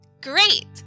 great